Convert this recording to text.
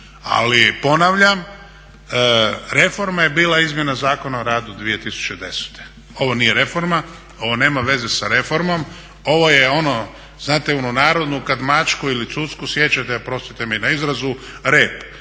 Ali ponavljam, reforma je bila Izmjena Zakona o radu 2010. Ovo nije reforma, ovo nema veze sa reformom, ovo je ono, znate onu narodnu kada mačku ili cucku siječete, oprostite mi na izrazu rep,